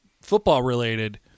Football-related